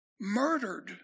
murdered